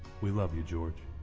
we love you george